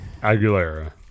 Aguilera